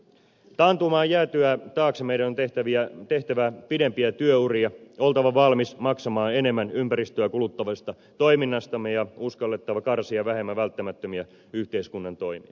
taantuman jäätyä taakse meidän on tehtävä pidempiä työuria oltava valmiit maksamaan enemmän ympäristöä kuluttavasta toiminnastamme ja uskallettava karsia vähemmän välttämättömiä yhteiskunnan toimia